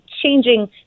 Changing